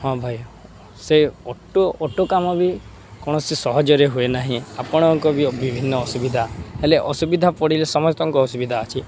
ହଁ ଭାଇ ସେ ଅଟୋ ଅଟୋ କାମ ବି କୌଣସି ସହଜରେ ହୁଏ ନାହିଁ ଆପଣଙ୍କ ବି ବିଭିନ୍ନ ଅସୁବିଧା ହେଲେ ଅସୁବିଧା ପଡ଼ିଲେ ସମସ୍ତଙ୍କ ଅସୁବିଧା ଅଛି